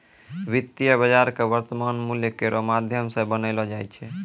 वित्तीय बाजार क वर्तमान मूल्य केरो माध्यम सें बनैलो जाय छै